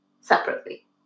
separately